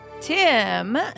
Tim